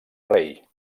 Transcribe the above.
rei